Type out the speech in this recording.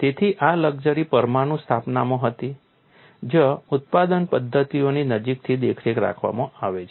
તેથી આ લક્ઝરી પરમાણુ સ્થાપનામાં હતી જ્યાં ઉત્પાદન પદ્ધતિઓની નજીકથી દેખરેખ રાખવામાં આવે છે